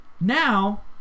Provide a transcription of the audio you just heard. Now